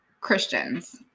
Christians